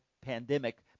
pandemic